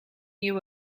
you